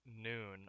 noon